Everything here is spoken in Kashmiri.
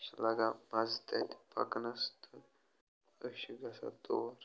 مےٚ چھُ لَگان مَزٕ تَتہِ پَکنَس تہٕ أسۍ چھِ گَژھان تور